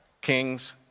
kings